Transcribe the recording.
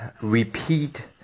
repeat